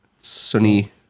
Sunny